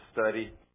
study